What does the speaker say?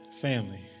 Family